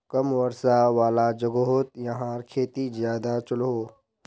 कम वर्षा वाला जोगोहोत याहार खेती ज्यादा चलोहो